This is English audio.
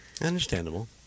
Understandable